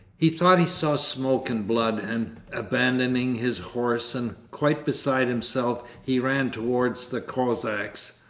he thought he saw smoke and blood, and abandoning his horse and quite beside himself he ran towards the cossacks.